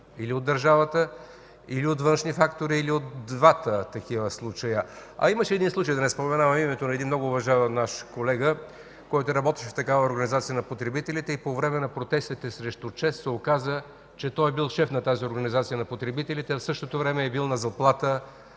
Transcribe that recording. или от държавата, или от външни фактори, или от двата такива случая. А имаше един случай, да не споменавам името на един много уважаван наш колега, който работеше в такава организация на потребителите и по време на протестите срещу ЧЕЗ се оказа, че той бил шеф на тази организация на потребителите, а в същото време е бил на заплата